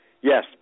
Yes